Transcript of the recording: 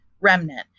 remnant